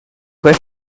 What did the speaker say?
quei